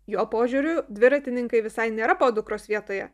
jo požiūriu dviratininkai visai nėra podukros vietoje